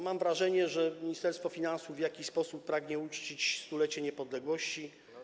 Mam wrażenie, że Ministerstwo Finansów w jakiś sposób pragnie uczcić stulecie niepodległości.